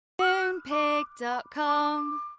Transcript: Moonpig.com